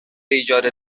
ایجاد